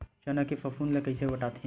चना के फफूंद ल कइसे हटाथे?